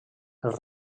els